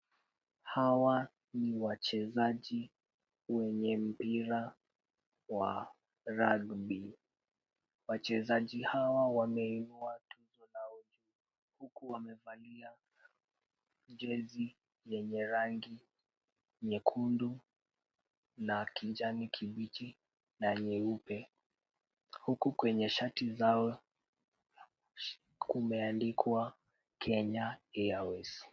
Hawa ni wachezaji wenye mpira wa Rugby . Wachezaji hawa wameinua tuzo lao huku wamevalia jezi yenye rangi nyekundu na kijani kibichi na nyeupe. Huku kwenye shati zao kumeandikwa Kenya Airways.